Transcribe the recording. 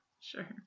Sure